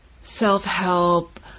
self-help